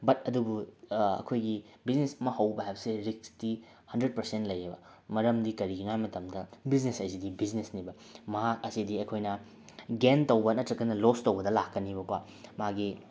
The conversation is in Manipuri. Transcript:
ꯕꯠ ꯑꯗꯨꯕꯨ ꯑꯩꯈꯣꯏꯒꯤ ꯕꯤꯖꯤꯅꯦꯁ ꯑꯃ ꯍꯧꯕ ꯍꯥꯏꯕꯁꯦ ꯔꯤꯛꯁꯇꯤ ꯍꯟꯗ꯭ꯔꯦꯠ ꯄꯥꯔꯁꯦꯅ ꯂꯩꯑꯦꯕ ꯃꯔꯝꯗꯤ ꯀꯔꯤꯒꯤꯅꯣ ꯍꯥꯏꯕ ꯃꯇꯝꯗ ꯕꯤꯖꯤꯅꯦꯁ ꯍꯥꯏꯁꯤꯗꯤ ꯕꯤꯖꯤꯅꯦꯁꯅꯤꯕ ꯃꯍꯥꯛ ꯑꯁꯤꯗꯤ ꯑꯩꯈꯣꯏꯅ ꯒꯦꯟ ꯇꯧꯕ ꯅꯠꯇ꯭ꯔꯒꯅ ꯂꯣꯁ ꯇꯧꯕꯗ ꯂꯥꯛꯀꯅꯦꯕꯀꯣ ꯃꯥꯒꯤ